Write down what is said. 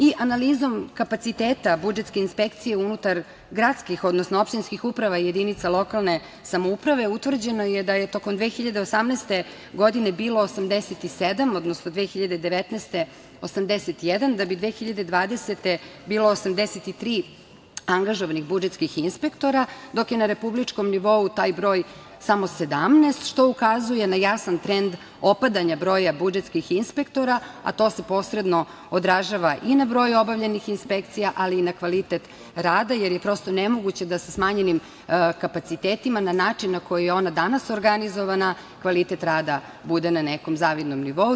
I analizom kapaciteta budžetske inspekcije unutar gradskih, odnosno opštinskih uprava i jedinica lokalne samouprave, utvrđeno je da je tokom 2018. godine bilo 87, odnosno 2019. godine 81, da bi 2020. godine bilo 83 angažovanih budžetskih inspektora, dok je na republičkom nivou taj broj samo 17, što ukazuje na jasan trend opadanja broja budžetskih inspektora, a to se posredno odražava i na broj obavljenih inspekcija, ali i na kvalitet rada, jer je prosto nemoguće da sa smanjenim kapacitetima, na način na koji je ona danas organizovana, kvalitet rada bude na nekom zavidnom nivou.